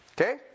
Okay